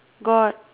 got